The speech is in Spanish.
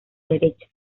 derecha